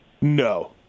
No